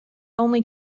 only